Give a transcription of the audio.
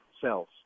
cells